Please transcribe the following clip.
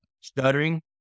stuttering